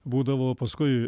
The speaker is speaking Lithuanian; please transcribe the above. būdavo paskui